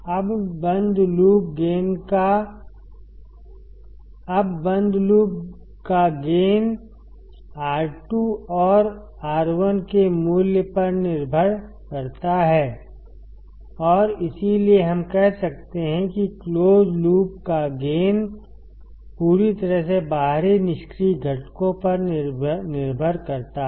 अब बंद लूप का गेन R2 और R1 के मूल्य पर निर्भर करता है और इसीलिए हम कह सकते हैं कि क्लोज़ लूप का गेन पूरी तरह से बाहरी निष्क्रिय घटकों पर निर्भर करता है